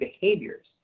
behaviors